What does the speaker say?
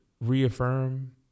reaffirm